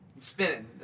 Spinning